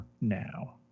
now